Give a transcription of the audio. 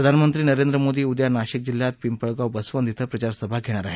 प्रधानमंत्री नरेंद्र मोदी उद्या नाशिक जिल्ह्यात पिंपळगाव बसवंत इथं प्रचारसभा घेणार आहेत